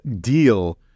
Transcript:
deal